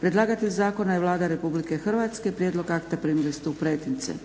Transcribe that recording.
Predlagatelj zakona je Vlada RH. Prijedlog akta primili ste u pretince.